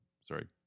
Sorry